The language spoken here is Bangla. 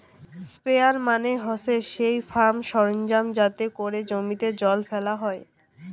স্প্রেয়ার মানে হসে সেই ফার্ম সরঞ্জাম যাতে করে জমিতে জল ফেলা হই